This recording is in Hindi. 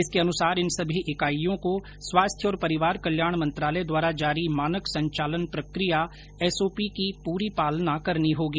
इसके अनुसार इन सभी इकाईयों को स्वास्थ्य और परिवार कल्याण मंत्रालय द्वारा जारी मानक संचालन प्रक्रिया एसओपी की पूरी पालना करनी होगी